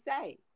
say